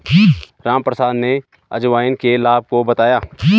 रामप्रसाद ने अजवाइन के लाभ को बताया